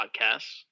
podcasts